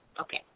Okay